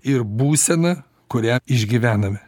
ir būsena kurią išgyvename